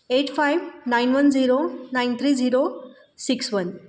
eight five nine one zero nine three zero six one